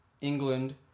England